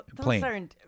plain